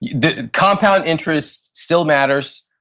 the compound interest still matters,